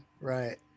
Right